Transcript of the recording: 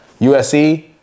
USC